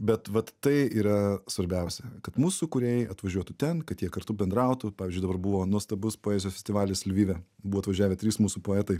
bet vat tai yra svarbiausia kad mūsų kūrėjai atvažiuotų ten kad jie kartu bendrautų pavyzdžiui dabar buvo nuostabus poezijos festivalis lvive buvo atvažiavę trys mūsų poetai